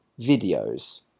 videos